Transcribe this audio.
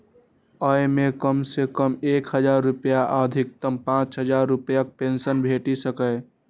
अय मे कम सं कम एक हजार रुपैया आ अधिकतम पांच हजार रुपैयाक पेंशन भेटि सकैए